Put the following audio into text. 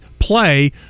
play